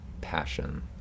passion